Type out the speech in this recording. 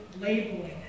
labeling